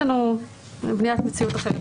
יש לנו הבניית מציאות אחרת.